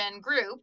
group